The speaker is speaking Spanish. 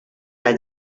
las